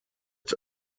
its